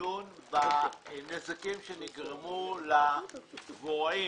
לדון בנזקים שנגרמו לדבוראים